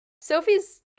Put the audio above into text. Sophie's